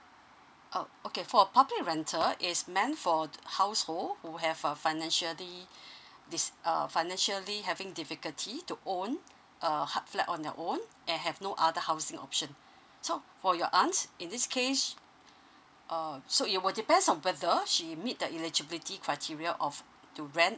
oh okay for public rental its meant for household who have a financially this err financially having difficulty to own a flat on their own and have no other housing option so for your aunt in this case uh so it will depends on whether she meet the eligibility criteria of to rent